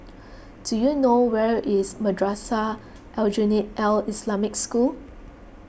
do you know where is Madrasah Aljunied Al Islamic School